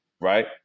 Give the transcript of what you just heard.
right